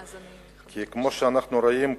כי כמו שאנחנו רואים,